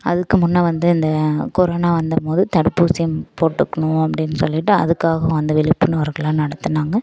அதுக்கு முன்ன வந்து இந்த கொரோனா வந்தமோது தடுப்பூசி போட்டுக்கணும் அப்படின்னு சொல்லிட்டு அதுக்காக வந்து விழிப்புணர்வுலாம் நடத்துனாங்கள்